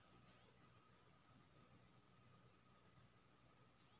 प्रधानमंत्री मन्त्री फसल बीमा योजना किसान सभक लेल छै